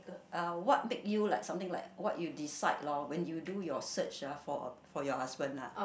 uh what make you like something like what you decide lor when you do your search ah for a for your husband lah